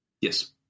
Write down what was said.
Yes